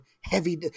heavy